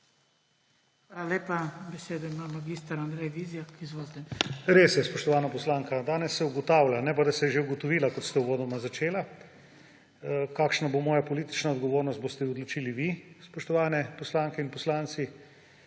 lepa. Besedo ima mag. Andrej Vizjak. Izvolite. **MAG. ANDREJ VIZJAK:** Res je, spoštovana poslanka. Danes se ugotavlja, ne pa, da se je že ugotovila, kot ste uvodoma začeli. Kakšna bo moja politična odgovornost, boste odločili vi, spoštovane poslanke in poslanci.